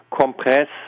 compress